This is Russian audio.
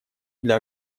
для